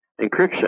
encryption